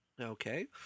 Okay